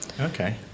Okay